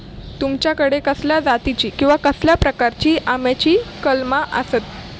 तुमच्याकडे कसल्या जातीची किवा कसल्या प्रकाराची आम्याची कलमा आसत?